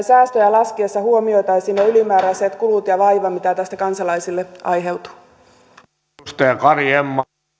säästöjä laskiessa huomioitaisiin ne ylimääräiset kulut ja vaiva mitä tästä kansalaisille aiheutuu